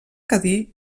cadí